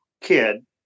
kid